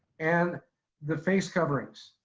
and the face coverings.